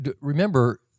remember